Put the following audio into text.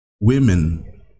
women